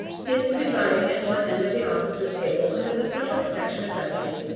he is presiding at one end of the officers' table under the special protection of betsy,